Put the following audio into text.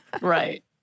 Right